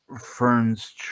Fern's